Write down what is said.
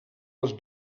els